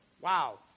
Wow